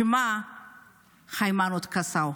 שמה הוא היימנוט קסאו.